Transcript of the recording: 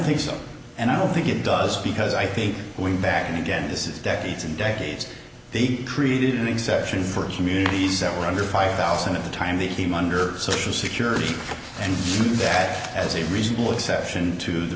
think so and i don't think it does because i think going back again this is decades and decades they created an exception for communities that were under five thousand at the time they came under social security and that as a reasonable exception to the